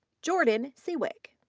jordan siwik.